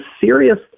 serious